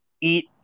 eat